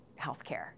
healthcare